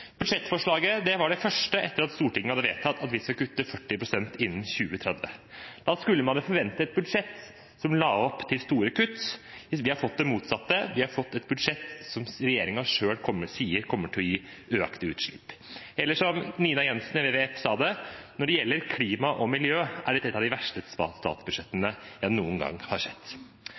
Budsjettforslaget var det første etter at Stortinget hadde vedtatt at vi skal kutte 40 pst. innen 2030. Da skulle man forventet et budsjett som la opp til store kutt, mens vi har fått det motsatte. Vi har fått et budsjett som regjeringen selv sier kommer til å gi økte utslipp. Eller som Nina Jensen i WWF sa det: «Når det gjelder klima og miljø, er dette et av de verste statsbudsjettene jeg noen gang har sett.»